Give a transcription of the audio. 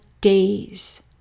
days